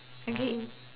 okay